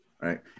Right